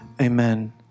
amen